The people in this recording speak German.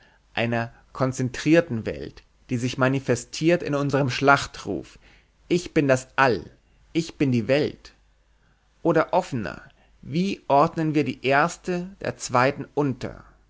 einer konzentrierten welt die sich manifestiert in unserem schlachtruf ich bin das all ich bin die welt oder offener wie ordnen wir die erste der zweiten unter